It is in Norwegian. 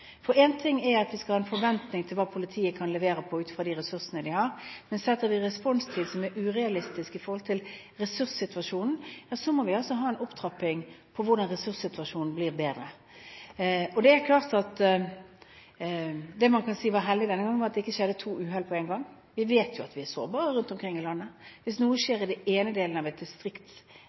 ting er at vi skal ha en forventning til hva politiet kan levere sett ut fra de ressursene de har. Setter vi responstid som er urealistisk i forhold til ressurssituasjonen, så må vi ha en opptrapping når det gjelder hvordan ressurssituasjonen kan bli bedre. Det man kan si var et hell, var at det denne gangen ikke skjedde to uhell på én gang. Vi vet at man rundt omkring i landet er sårbare. Hvis noe skjer i den ene delen av et distrikts